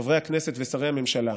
חברי הכנסת ושרי הממשלה,